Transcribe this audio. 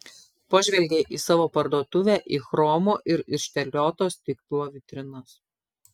pažvelgė į savo parduotuvę į chromo ir išterlioto stiklo vitrinas